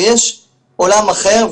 ויש עולם אחר,